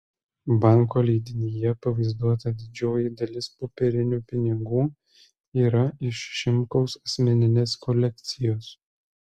banko leidinyje pavaizduota didžioji dalis popierinių pinigų yra iš šimkaus asmeninės kolekcijos